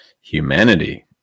humanity